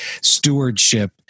stewardship